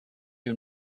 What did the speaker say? you